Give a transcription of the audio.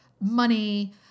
money